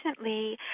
recently